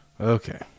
Okay